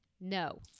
no